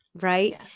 Right